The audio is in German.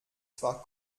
zwar